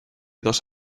dos